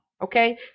Okay